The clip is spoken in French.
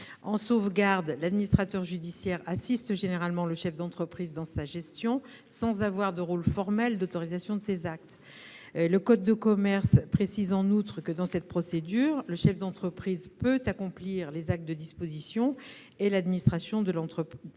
de sauvegarde, l'administrateur judiciaire assiste généralement le chef d'entreprise dans sa gestion, sans avoir de rôle formel d'autorisation de ses actes. Le code de commerce précise en outre que, dans cette procédure, le chef d'entreprise peut accomplir les actes de disposition et d'administration de l'entreprise,